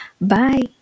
Bye